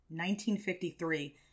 1953